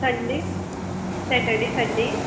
Sunday Saturday Sunday